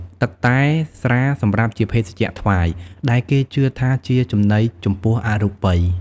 ទឹកតែ ស្រាសម្រាប់ជាភេសជ្ជៈថ្វាយ ដែលគេជឿថាជាចំណីចំពោះអរូបិយ។